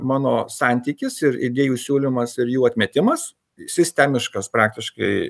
mano santykis ir idėjų siūlymas ir jų atmetimas sistemiškas praktiškai